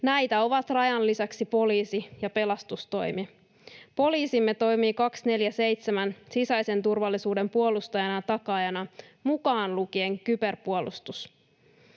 Näitä ovat Rajan lisäksi poliisi ja pelastustoimi. Poliisimme toimii 24/7 sisäisen turvallisuuden puolustajana ja takaajana, mukaan lukien kyberpuolustus.